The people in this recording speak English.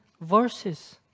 verses